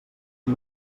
qui